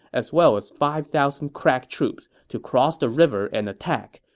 as well as five thousand crack troops to cross the river and attack,